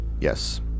Yes